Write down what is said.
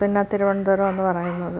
പിന്നെ തിരുവനന്തപുരം എന്ന് പറയുന്നത്